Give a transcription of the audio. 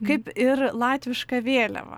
kaip ir latviška vėliava